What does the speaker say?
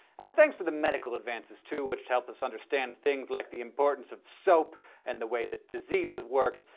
and thanks for the medical advances too, which help us understand things like the importance of soap and the way that diseases worked,